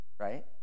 Right